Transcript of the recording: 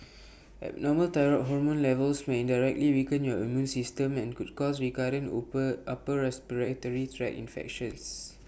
abnormal thyroid hormone levels may indirectly weaken your immune system and could cause recurrent open upper respiratory tract infections